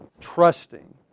trusting